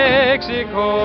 Mexico